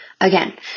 again